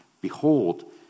Behold